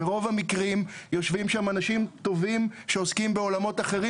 ברוב המרים יושבים שם אנשים טובים שעוסקים בעולמות אחרים